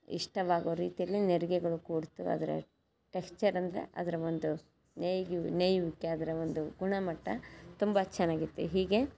ಇಷ್ಟವಾಗೋ ರೀತಿಯಲ್ಲಿ ನೆರಿಗೆಗಳು ಕೂಡ್ತು ಅದರ ಟೆಕ್ಸ್ಚರ್ ಅಂದರೆ ಅದರ ಒಂದು ನೇಯ್ಗೆ ನೇಯುವಿಕೆ ಅದರ ಒಂದು ಗುಣಮಟ್ಟ ತುಂಬ ಚೆನ್ನಾಗಿತ್ತು ಹೀಗೇ